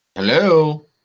Hello